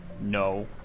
no